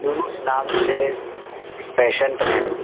یونس نام سے پیشنٹ ہیں